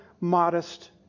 modest